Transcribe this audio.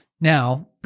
Now